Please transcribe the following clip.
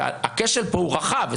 הכשל פה הוא רחב.